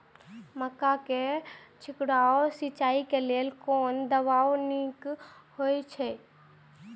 मक्का के छिड़काव सिंचाई के लेल कोन दवाई नीक होय इय?